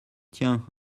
tiens